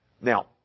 Now